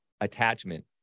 attachment